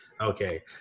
Okay